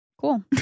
Cool